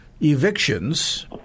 evictions